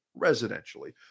residentially